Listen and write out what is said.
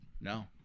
No